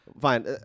Fine